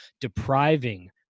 depriving